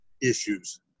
issues